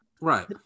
Right